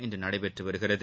இன்றுநடைபெற்றுவருகிறது